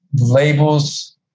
labels